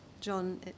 John